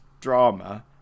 drama